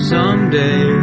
Someday